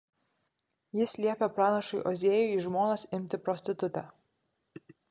jis liepia pranašui ozėjui į žmonas imti prostitutę